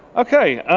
okay,